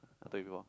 I told you before